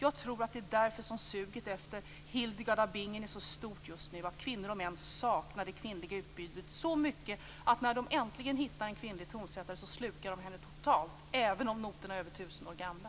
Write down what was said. Jag tror att det är därför som suget efter Hildegard av Bingen är så stort just nu. Att kvinnor och män saknar det kvinnliga utbudet så mycket att när de äntligen hittar en kvinnlig tonsättare så slukar de henne totalt, även om noterna är över 1 000 år gamla.